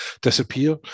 disappear